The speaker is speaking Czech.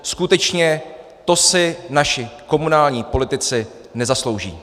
Skutečně to si naši komunální politici nezaslouží!